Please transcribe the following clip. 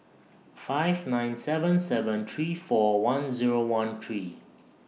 five nine seven seven three four one Zero one three